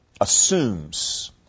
assumes